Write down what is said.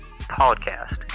Podcast